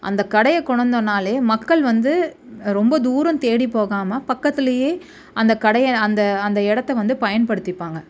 அந்த கடையை கொண்டோந்தோம்ன்னாலே மக்கள் வந்து ரொம்ப தூரம் தேடி போகாமல் பக்கத்துலேயே அந்த கடையை அந்த அந்த இடத்த வந்து பயன்படுத்திப்பாங்க